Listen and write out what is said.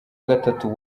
gatatu